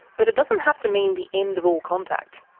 but it doesn't have to mean the end of all contact.